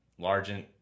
largent